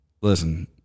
Listen